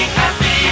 happy